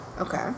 okay